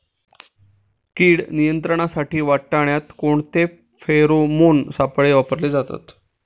कीड नियंत्रणासाठी वाटाण्यात कोणते फेरोमोन सापळे वापरले जातात?